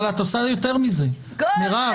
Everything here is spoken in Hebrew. אבל את עושה יותר מזה, מירב.